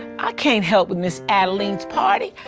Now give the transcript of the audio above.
i can't help with miz adeline's party.